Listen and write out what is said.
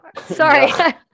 Sorry